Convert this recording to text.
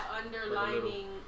underlining